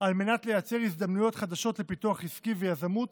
על מנת לייצר הזדמנויות חדשות לפיתוח עסקי ויזמות